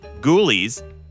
Ghoulies